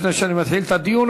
לפני שאני מתחיל את הדיון,